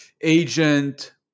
agent